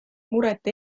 muret